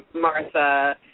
Martha